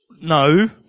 No